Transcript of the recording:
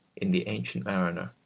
in the ancient mariner,